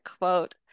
quote